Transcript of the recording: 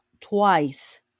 twice